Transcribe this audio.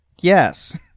yes